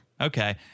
Okay